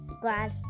Glad